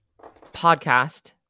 podcast